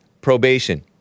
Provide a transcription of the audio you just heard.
probation